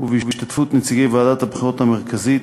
ובהשתתפות נציגי ועדת הבחירות המרכזית,